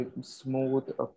Smooth